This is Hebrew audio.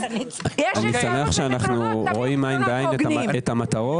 יש אפשרות לפתרונות תביאו פתרונות הוגנים.